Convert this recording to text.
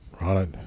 right